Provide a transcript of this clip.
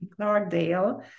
Clarkdale